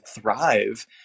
thrive